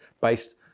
based